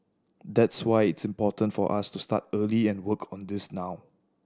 that's why it's important for us to start early and work on this now